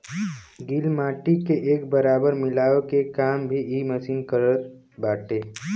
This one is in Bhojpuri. गिल माटी के एक बराबर मिलावे के काम भी इ मशीन करत बाटे